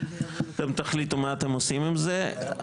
אתם תחליטו מה אתם עושים עם זה.